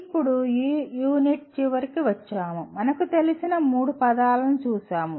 ఇప్పుడు ఈ యూనిట్ చివరికి వచ్చాము మనకు తెలిసిన మూడు పదాలను చూశాము